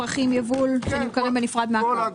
פרחים ויבול שנמכרים בנפרד מן הקרקע".